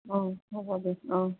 অঁ হ'ব দিয়ক অঁ